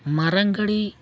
ᱢᱟᱨᱟᱝ ᱜᱟᱹᱰᱤ